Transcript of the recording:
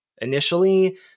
initially